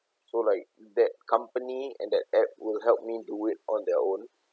so like that company and that app will help me do it on their own